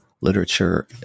literature